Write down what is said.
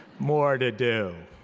more to do,